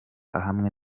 ahamwe